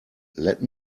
let